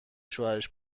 شوهرش